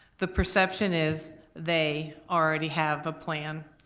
the perception is they already have a plan.